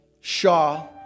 Shaw